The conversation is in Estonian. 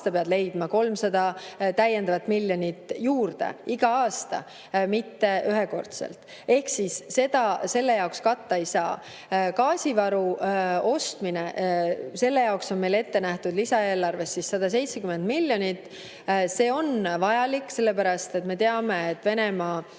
aastal leidma 300 miljonit juurde, mitte ühekordselt. Ehk siis seda selle jaoks katta ei saa. Gaasivaru ostmine, selle jaoks on meil ette nähtud lisaeelarvest 170 miljonit. See on vajalik sellepärast, et me teame, et Venemaa